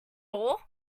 all